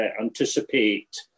anticipate